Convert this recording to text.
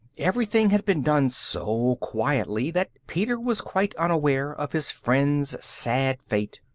everything had been done so quietly that peter was quite unaware of his friends' sad fate.